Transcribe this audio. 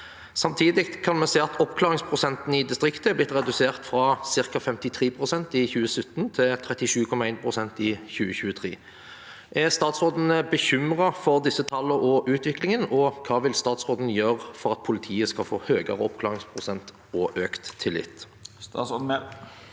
Samtidig kan vi se at oppklaringsprosenten i distriktet er blitt redusert fra ca. 53 pst. i 2017 til 37,1 pst. i 2023. Er statsråden bekymret for disse tallene og utviklingen, og hva vil statsråden gjøre for at politiet skal få høyere oppklaringsprosent og økt tillit?»